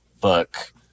book